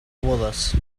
bodas